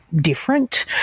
different